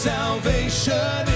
salvation